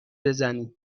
بزنی